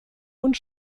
und